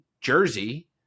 Jersey